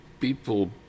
people